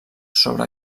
sobre